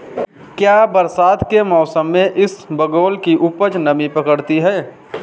क्या बरसात के मौसम में इसबगोल की उपज नमी पकड़ती है?